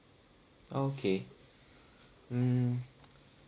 okay mm